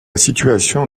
situation